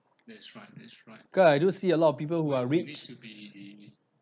cause I do see a lot of people who are rich